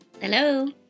Hello